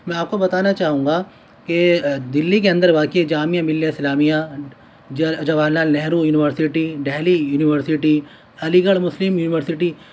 میں آپ کو بتانا چاہوں گا کہ دلی کے اندر واقع Jamia Millia Islamia Jawahar Lal Nehru University Delhi University Aligarh Muslim university